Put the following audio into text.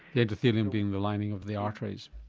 the endothelium being the lining of the arteries?